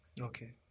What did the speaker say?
Okay